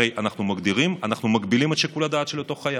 הרי אנחנו מגבילים את שיקול הדעת של אותו חייל.